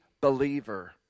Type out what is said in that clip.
believer